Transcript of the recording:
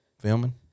filming